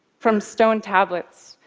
from stone tablets.